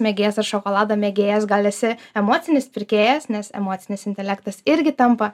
mėgėjas ar šokolado mėgėjas gal esi emocinis pirkėjas nes emocinis intelektas irgi tampa